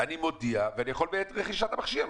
אני מודיע ואני יכול בעת רכישת קו